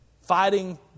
fighting